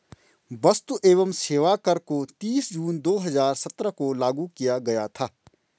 वस्तु एवं सेवा कर को तीस जून दो हजार सत्रह को लागू किया गया था